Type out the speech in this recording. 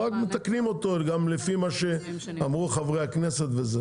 רק מתקנים אותו גם לפי מה שאמרו חברי הכנסת וזה,